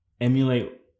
emulate